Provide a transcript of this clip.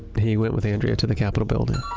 he went with andrea to the capital building. i